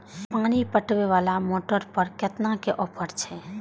पानी पटवेवाला मोटर पर केतना के ऑफर छे?